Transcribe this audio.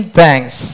thanks